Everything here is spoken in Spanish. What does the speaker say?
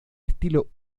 estilo